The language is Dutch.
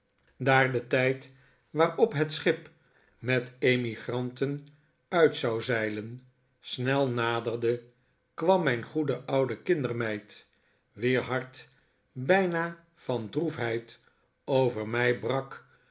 daar de tijd waarop het schip met emigranten uit zou zeilen snel naderde kwam mijn goede oude kindermeid wier hart bijna van droefheid over mij brak